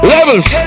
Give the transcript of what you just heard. Levels